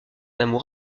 amour